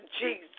Jesus